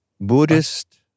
Buddhist